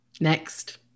Next